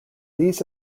these